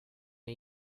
are